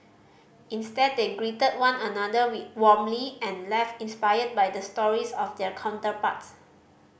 instead they greeted one another warmly and left inspired by the stories of their counterparts